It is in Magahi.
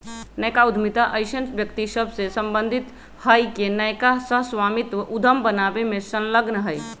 नयका उद्यमिता अइसन्न व्यक्ति सभसे सम्बंधित हइ के नयका सह स्वामित्व उद्यम बनाबे में संलग्न हइ